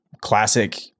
classic